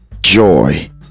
joy